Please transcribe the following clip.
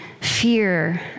fear